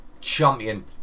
champion